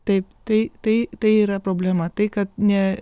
taip tai tai tai yra problema tai kad ne